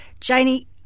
Janie